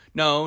no